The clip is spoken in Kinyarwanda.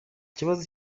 ikibazo